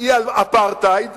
היא אפרטהייד